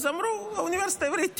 אז אמרו: האוניברסיטה העברית תקבע.